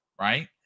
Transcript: right